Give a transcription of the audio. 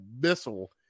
missile